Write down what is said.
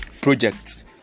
projects